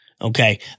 Okay